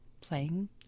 playing